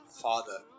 father